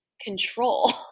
control